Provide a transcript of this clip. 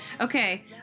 Okay